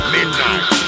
Midnight